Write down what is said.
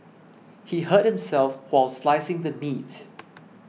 he hurt himself while slicing the meat